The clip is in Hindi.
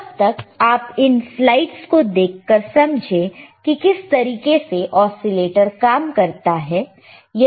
तब तक आप इन स्लाइड्स को देखकर समझे की किस तरीके से ओसीलेटर काम करता है